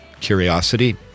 curiosity